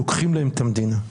לוקחים להם את המדינה.